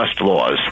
laws